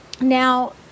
Now